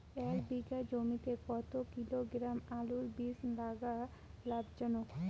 এক বিঘা জমিতে কতো কিলোগ্রাম আলুর বীজ লাগা লাভজনক?